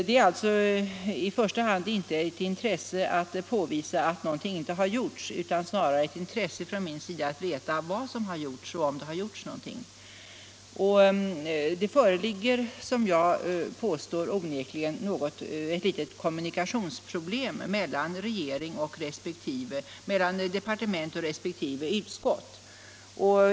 Det är alltså i första hand inte ett intresse att påvisa att någonting inte har gjorts utan snarare ett intresse från min sida att få veta om det har gjorts någonting och vad som i så fall har gjorts. Det föreligger, som jag påstår, onekligen ett kommunikationsproblem mellan departement och resp. utskott.